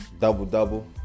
Double-double